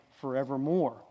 forevermore